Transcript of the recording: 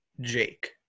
Jake